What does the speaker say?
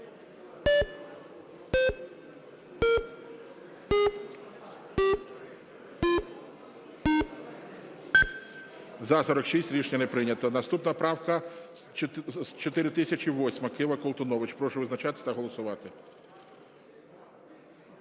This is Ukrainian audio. За-46 Рішення не прийнято. Наступна правка 4008, Кива, Колтунович. Прошу визначатись та голосувати.